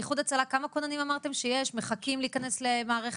איחוד הצלה כמה כוננים אמרתם שיש שמחכים להיכנס למערכת?